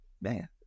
man